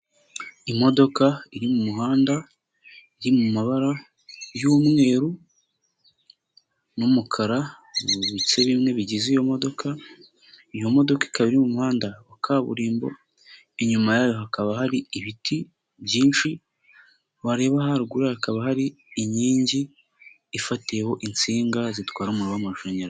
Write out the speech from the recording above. Imodoka iri mu muhanda, iri mu mabara y'umweru n'umukara, ni ibice bimwe bigize iyo modoka, iyo modoka ikaba iri mu muhanda wa kaburimbo, inyuma yayo hakaba hari ibiti byinshi, wareba haruguru yayo hakaba hari inkingi, ifatiyeho insinga zitwara umuriro w'amashanyarazi.